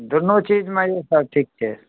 दुनू चीजमे ई सर ठीक छै